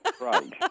right